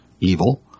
evil